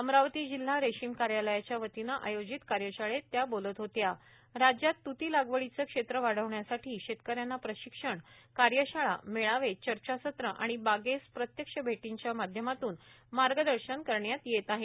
अमरावती जिल्हा रेशीम कार्यालयाच्या वतीनं आयोजित कार्यशाळेत त्या बोलत होत्या राज्यात तृती लागवडीचं क्षेत्र वाढविण्यासाठी शेतकऱ्यांना प्रशिक्षणर कार्यशाळार मेळावेर चर्चासत्र आणि बागेस प्रत्यक्ष भैटींच्या माध्यमातून मार्गदर्शन करण्यात येत आहे